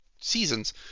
seasons